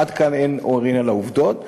עד כאן אין עוררין על העובדות.